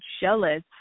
jealous